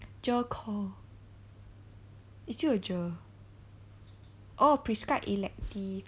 GER core it's still a GER oh prescribed elective